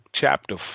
chapter